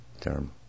term